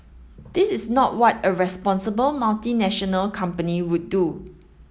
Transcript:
this is not what a responsible multinational company would do